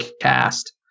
cast